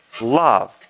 love